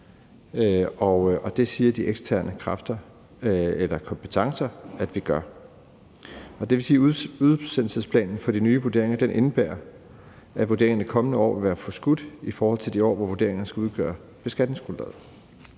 er lagt. Og de eksterne kompetencer siger, at planen holder. Det vil sige, at udsendelsesplanen for de nye vurderinger indebærer, at vurderingerne i de kommende år vil være forskudt i forhold til de år, hvor vurderingerne skal udgøre beskatningsgrundlaget.